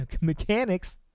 mechanics